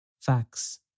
facts